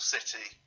City